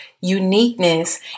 uniqueness